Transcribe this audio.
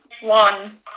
one